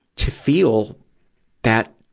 to feel that,